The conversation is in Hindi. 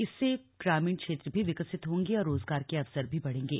इससे ग्रामीण क्षेत्र भी विकसित होंगे और रोजगार के अवसर भी बढ़ेंगे